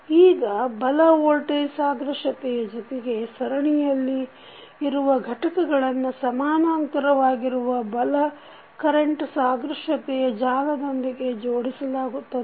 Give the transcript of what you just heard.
ಈಗ ಬಲ ವೋಲ್ಟೇಜ್ ಸಾದೃಶ್ಯತೆಯ ಜೊತೆಗೆ ಸರಣಿಯಲ್ಲಿರುವ ಘಟಕಗಳನ್ನು ಸಮಾನಾಂತರವಾಗಿರುವ ಬಲ ಕರೆಂಟ್ ಸಾದೃಶ್ಯತೆಯ ಜಾಲದೊಂದಿಗೆ ಜೋಡಿಸಲಾಗುತ್ತದೆ